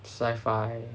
sci fi